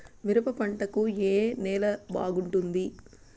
మిరప పంట కు ఏ నేల బాగుంటుంది?